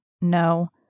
No